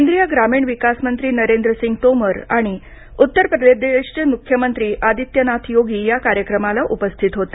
केंद्रीय ग्रामीण विकास मंत्री नरेंद्रसिंग तोमर आणि उत्तर प्रदेशचे मुख्यमंत्री आदित्यनाथ योगी या कार्यक्रमाला उपस्थित होते